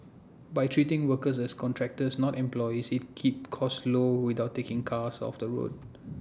by treating workers as contractors not employees IT can keep costs low without taking cars off the road